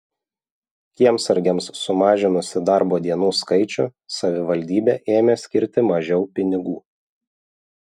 kiemsargiams sumažinusi darbo dienų skaičių savivaldybė ėmė skirti mažiau pinigų